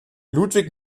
ludwig